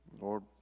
Lord